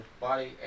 body